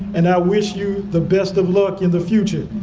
and i wish you the best of luck in the future.